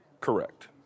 Correct